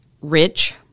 Rich